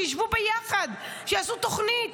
שישבו ביחד, שיעשו תוכנית.